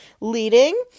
leading